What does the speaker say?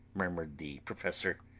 murmured the professor.